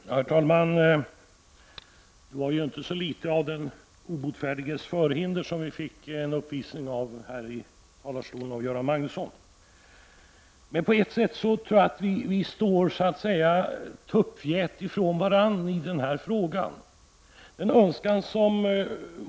Herr talman! Det var inte så litet av den obotfärdiges förhinder som vi fick en uppvisning i av Göran Magnusson i talarstolen. Men på ett sätt tror jag att vi står tuppfjät från varandra i denna fråga.